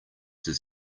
his